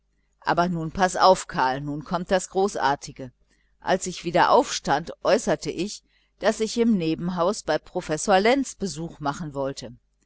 aber nun paß auf karl nun kommt das großartige als ich wieder aufstand äußerte ich daß ich im nebenhaus bei professer lenz besuch machen wollte